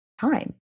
time